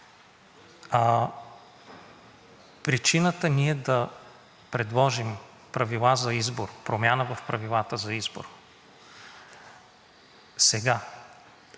Причината ние да предложим правила за избор, промяна в правилата за избор сега